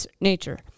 nature